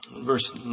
Verse